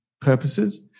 purposes